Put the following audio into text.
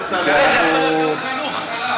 אם כן, אנחנו, יכול להיות גם חינוך.